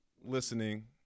listening